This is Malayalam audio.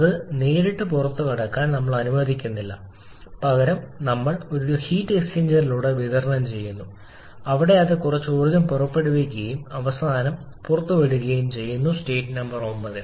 ഇത് നേരിട്ട് പുറത്തുകടക്കാൻ ഞങ്ങൾ അനുവദിക്കുന്നില്ല പകരം ഞങ്ങൾ ഒരു ഹീറ്റ് എക്സ്ചേഞ്ചറിലൂടെ വിതരണം ചെയ്യുന്നു അവിടെ അത് കുറച്ച് ഊർജ്ജം പുറപ്പെടുവിക്കുകയും അവസാനം വിടുകയും ചെയ്യുന്നു സ്റ്റേറ്റ് നമ്പർ 9 ൽ